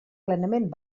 plenament